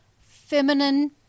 feminine